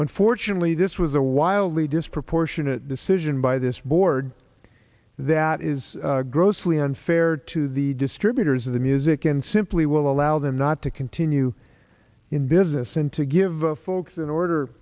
unfortunately this was a wildly disproportionate decision by this board that is grossly unfair to the distributors of the music and simply will allow them not to continue in business and to give folks in order